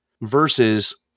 versus